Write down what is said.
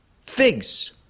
figs